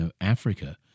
Africa